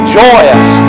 joyous